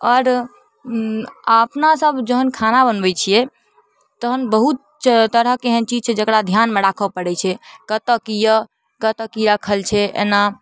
आरो अपनासब जहन खाना बनबय छियै तहन बहुत तरहके एहन चीज छै जकरा ध्यानमे राखऽ पड़य छै कत्तऽ की यऽ कत्तऽ की राखल छै एन्ना